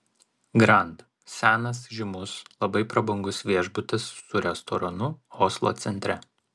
grand senas žymus labai prabangus viešbutis su restoranu oslo centre